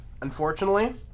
Unfortunately